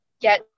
get